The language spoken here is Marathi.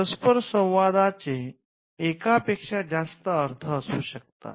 परस्परसंवादाचे एका पेक्षा जास्त अर्थ असू शकतात